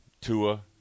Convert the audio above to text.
Tua